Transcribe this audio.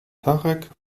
tarek